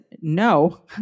no